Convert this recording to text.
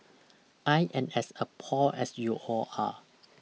I am as appalled as you all are